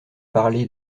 parlé